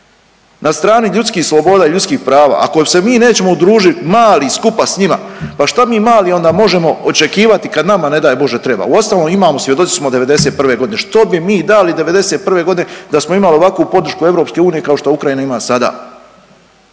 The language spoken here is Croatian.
na strani ljudskih sloboda i ljudskih prava, ako se mi nećemo udružiti mali skupa s njima, pa šta mi mali onda možemo očekivati kad nama ne daj Bože treba. Uostalom imamo, svjedoci smo '91. g. Što bi mi dali '91. da smo imali ovakvu podršku EU kao što Ukrajina ima sada?